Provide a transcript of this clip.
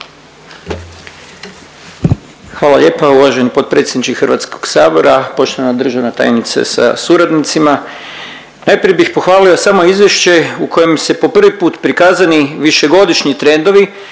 Hvala lijepa uvaženi potpredsjedniče HS-a, poštovana državna tajnice sa suradnicima. Najprije bih pohvalio samo izvješće u kojem se prvi put prikazani višegodišnji trendovi